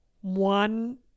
one